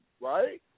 right